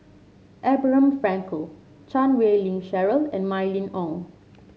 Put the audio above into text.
Abraham Frankel Chan Wei Ling Cheryl and Mylene Ong